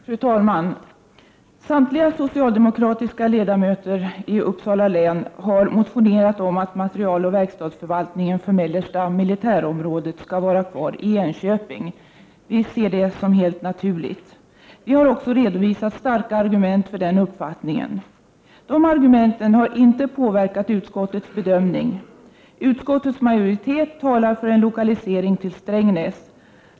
Fru talman! Samtliga socialdemokratiska ledamöter i Uppsala län har motionerat om att materieloch verkstadsförvaltningen för Mellersta militärområdet skall vara kvar i Enköping. Vi ser det som helt naturligt. Vi har också redovisat starka argument för den uppfattningen. De argumenten har inte påverkat utskottets bedömning. Utskottets majoritet talar för en lokalisering till Strängnäs.